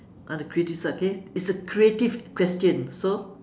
on the creative side okay it's a creative question so